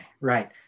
right